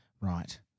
Right